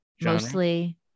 mostly